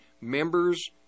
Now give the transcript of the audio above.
members